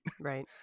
Right